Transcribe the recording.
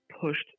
pushed